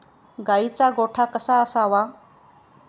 गाईचा गोठा कसा असावा?